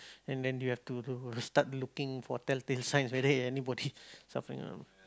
and then you have to start looking for tell tale signs whether anybody suffering